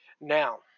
Now